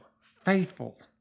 faithful